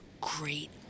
great